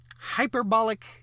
hyperbolic